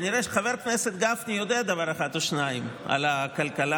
כנראה שחבר הכנסת גפני יודע דבר אחד או שניים על כלכלה,